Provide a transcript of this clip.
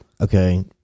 okay